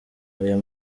aya